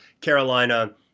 Carolina